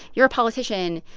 you're a politician,